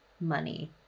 money